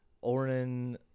orange